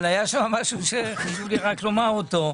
אבל היה שם משהו שחשוב לי רק לומר אותו.